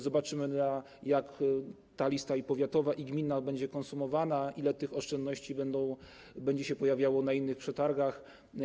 Zobaczymy, jak ta lista, i powiatowa, i gminna, będzie konsumowana, ile tych oszczędności będzie się pojawiało w ramach innych przetargów.